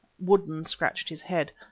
woodden scratched his head.